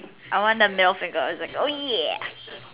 I want the middle finger it's like oh yeah